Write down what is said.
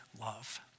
love